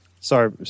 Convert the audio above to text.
Sorry